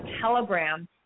telegram